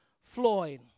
Floyd